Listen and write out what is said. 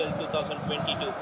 2022